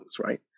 right